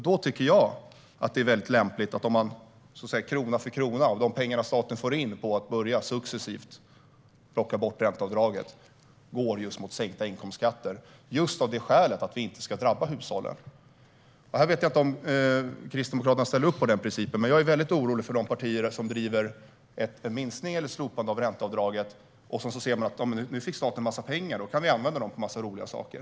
Då tycker jag det är lämpligt att man går mot sänkta inkomstskatter - krona för krona av de pengar staten får in på att successivt börja plocka bort ränteavdraget - just av det skälet att hushållen inte ska drabbas. Jag vet inte om Kristdemokraterna ställer sig bakom den principen. Men jag är mycket orolig för de partier som driver en minskning eller ett slopande av ränteavdraget, och som sedan ser att staten har fått en massa pengar som kan användas till en massa roliga saker.